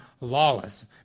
lawless